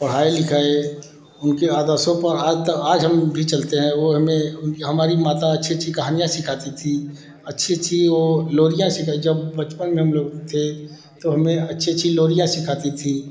पढ़ाये लिखाये उनके आदर्शों पर आज तक आज हम भी चलते हैं वे हमें हमारी माता अच्छी अच्छी कहानियाँ सिखाती थीं अच्छी अच्छी वे लोरियाँ सिखाती थीं बचपन में हम लोग थे तो हमें अच्छी अच्छी लोरियाँ सिखाती थी